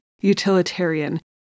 utilitarian